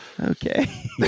Okay